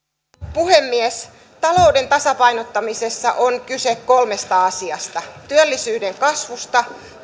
puhemies talouden tasapainottamisessa on kyse kolmesta asiasta työllisyyden kasvusta